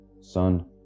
son